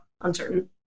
uncertain